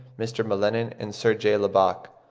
mr. m'lennan, and sir j. lubbock,